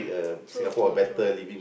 true true true